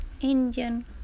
Indian